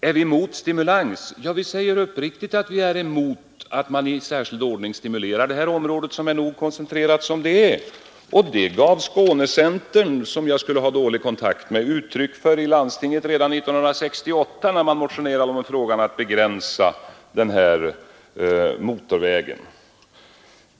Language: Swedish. Är vi emot stimulans? Ja, vi säger uppriktigt att vi är emot att man speciellt stimulerar detta område som är nog koncentrerat som det är. Det gav Skånecentern — som jag skulle ha dålig kontakt med — uttryck för i landstinget redan 1968 när man motionerade om att begränsa expansionen.